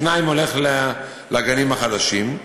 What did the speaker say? שניים הולכים לגנים החדשים.